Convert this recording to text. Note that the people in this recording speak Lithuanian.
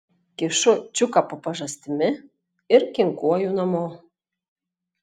kišu čiuką po pažastimi ir kinkuoju namo